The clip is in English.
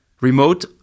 Remote